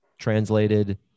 translated